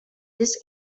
this